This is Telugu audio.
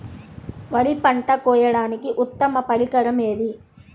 వరి పంట కోయడానికి ఉత్తమ పరికరం ఏది?